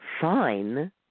fine